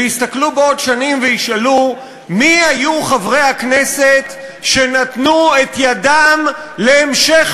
ויסתכלו בעוד שנים וישאלו מי היו חברי הכנסת שנתנו את ידם להמשך